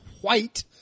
white